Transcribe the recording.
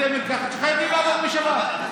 בתי מרקחת, שחייבים לעבוד בשבת.